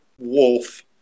wolf